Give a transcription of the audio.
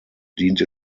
diente